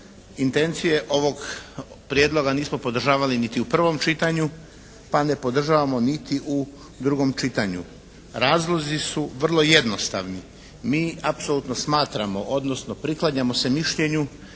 Intencije ovog prijedloga nismo podržavali niti u prvom čitanju pa ne podržavamo niti u drugom čitanju. Razlozi su vrlo jednostavni. Mi apsolutno smatramo odnosno priklanjamo se mišljenju